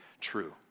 true